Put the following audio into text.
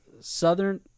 southern